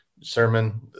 sermon